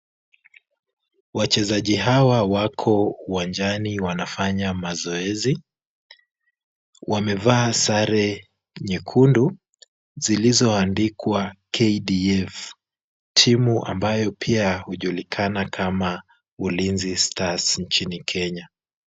Wachezaji hawa wako uwanjani wanafanya mazoezi. Wamevaa sare nyekundu zilizoandikwa KDF, timu ambayo pia hujulikana kama Ulinzi Stars nchini Kenya.